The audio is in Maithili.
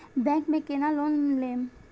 बैंक में केना लोन लेम?